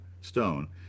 Stone